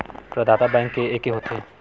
प्रदाता बैंक के एके होथे?